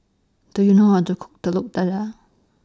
Do YOU know How to Cook Telur Dadah